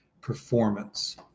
performance